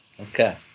Okay